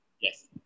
Yes